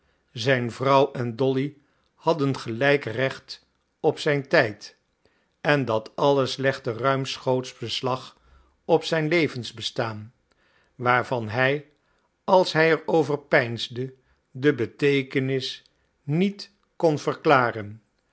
zijn vrouw en dolly hadden gelijk recht op zijn tijd en dat alles legde ruimschoots beslag op zijn levensbestaan waarvan hij als hij er over peinsde de beteekenis niet kon verklaren